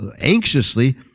anxiously